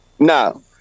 No